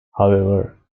however